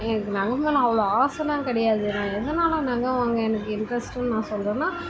எனக்கு நகை மேலே அவ்வளோ ஆசைலாம் கிடையாது நான் எதனால் நகை வாங்க எனக்கு இன்ட்ரெஸ்ட்டுனு நான் சொல்கிறேன்னா